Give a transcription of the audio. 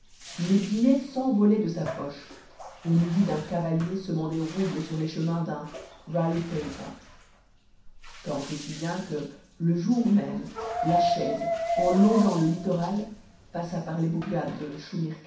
les billets s'envolaient de sa poche on eût dit d'un cavalier semant des roubles sur les chemins d'un rallie paper tant et si bien que le jour même la chaise en longeant le littoral passa par les bourgades de